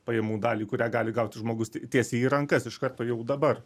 pajamų dalį kurią gali gauti žmogus tie tiesiai į rankas iš karto jau dabar